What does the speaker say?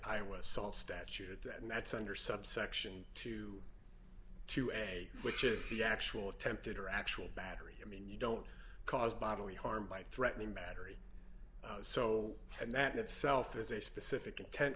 iowa salt statute that and that's under subsection two to a which is the actual attempted or actual battery i mean you don't cause bodily harm by threatening battery so and that in itself is a specific intent